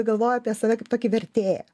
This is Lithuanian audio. galvoju apie save kaip tokį vertėją